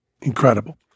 Incredible